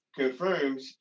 confirms